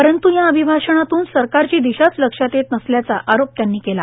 परंतू या अभिभाषणातून सरकाची दिशाच लक्षात येत नसल्याचा आरोप केला